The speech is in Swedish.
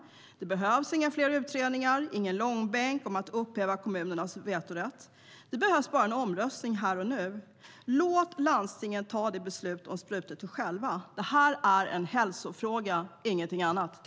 Det behövs inga fler utredningar och ingen långbänk om att upphäva kommunernas vetorätt. Det behövs bara en omröstning här och nu. Låt landstingen själva fatta beslut om sprututbyte. Det här är en hälsofråga, ingenting annat.